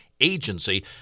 agency